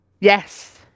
Yes